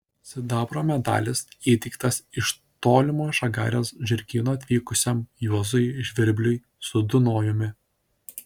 sidabro medalis įteiktas iš tolimo žagarės žirgyno atvykusiam juozui žvirbliui su dunojumi